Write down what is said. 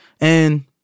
And-